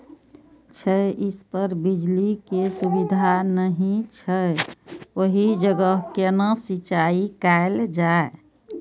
छै इस पर बिजली के सुविधा नहिं छै ओहि जगह केना सिंचाई कायल जाय?